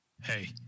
Hey